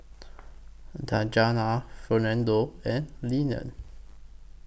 Djuana Fernando and Lenon